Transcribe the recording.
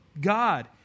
God